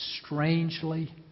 Strangely